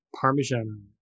parmesan